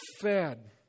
fed